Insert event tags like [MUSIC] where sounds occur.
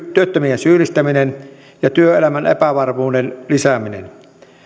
[UNINTELLIGIBLE] työttömien syyllistäminen ja työelämän epävarmuuden lisääminen